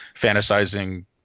fantasizing